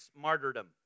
martyrdom